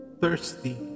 thirsty